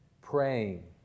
Praying